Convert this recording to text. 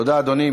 תודה, אדוני.